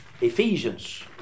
Ephesians